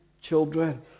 children